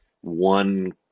one